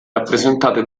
rappresentate